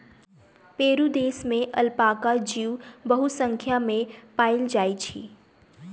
Peru देश में alpaca जीव बहुसंख्या में पाओल जाइत अछि